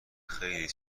خیلی